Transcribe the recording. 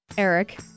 Eric